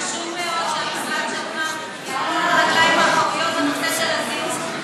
חשוב מאוד שהמשרד שלך יעמוד על הרגליים האחוריות בנושא של הזיהום,